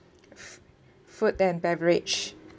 food and beverage